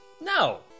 No